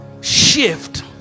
shift